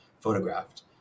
photographed